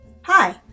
Hi